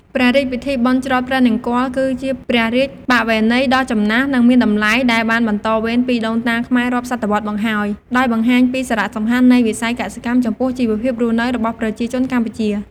ព្រះរាជពិធីបុណ្យច្រត់ព្រះនង្គ័ល គឺជាព្រះរាជបវេណីដ៏ចំណាស់ និងមានតម្លៃ ដែលបានបន្តវេនពីដូនតាខ្មែររាប់សតវត្សរ៍មកហើយ ដោយបង្ហាញពីសារៈសំខាន់នៃវិស័យកសិកម្មចំពោះជីវភាពរស់នៅរបស់ប្រជាជនកម្ពុជា។